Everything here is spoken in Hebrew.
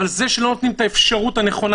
אבל זה שלא נותנים את האפשרות הנכונה